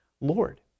Lord